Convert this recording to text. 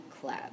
club